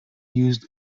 used